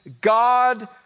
God